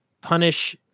punish